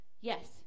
yes